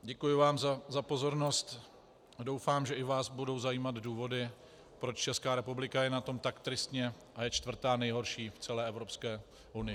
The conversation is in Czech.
Děkuji vám za pozornost a doufám, že i vás budou zajímat důvody, proč Česká republika je na tom tak tristně a je čtvrtá nejhorší v celé Evropské unii.